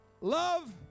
Love